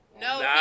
No